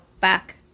back